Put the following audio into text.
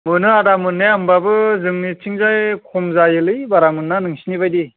मोनो आदा मोननाया होमबाबो जोंनिथिंजाय खम जायोलै बारा मोना नोंसिनि बायदि